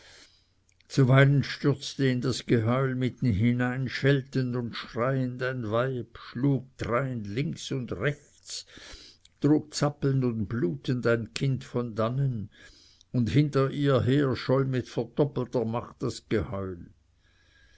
zuweilen stürzte in das geheul mitten hinein scheltend und schreiend ein weib schlug drein links und rechts trug zappelnd und blutend ein kind von dannen und hinter ihr her scholl mit verdoppelter macht das geheul